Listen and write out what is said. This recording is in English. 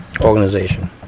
organization